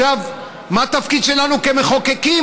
עכשיו, אז מה התפקיד שלנו כמחוקקים?